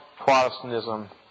Protestantism